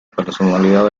personalidad